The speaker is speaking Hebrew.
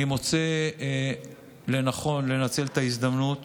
אני מוצא לנכון לנצל את ההזדמנות